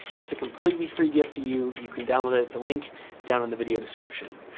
it's a completely free gift to you. you can download it at the link down in the video description.